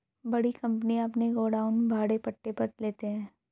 बड़ी कंपनियां अपने गोडाउन भाड़े पट्टे पर लेते हैं